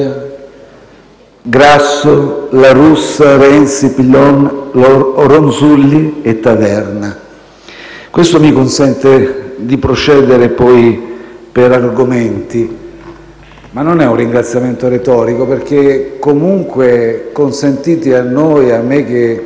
Grasso, La Russa, Renzi, Pillon, Ronzulli e Taverna. Questo mi consente di procedere per argomenti. Ma il mio non è un ringraziamento retorico, perché comunque consentite a noi e a me, che